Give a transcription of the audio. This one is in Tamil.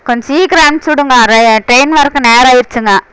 கொஞ்சம் சீக்கிரம் அனுச்சி விடுங்க ட்ரெயின் வர்றதுக்கு நேரம் ஆகிடுச்சுங்க